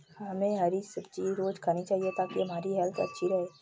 हमे हरी सब्जी रोज़ खानी चाहिए ताकि हमारी हेल्थ अच्छी रहे